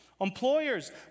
Employers